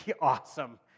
awesome